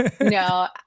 no